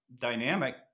dynamic